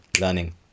learning